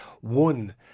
one